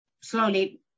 slowly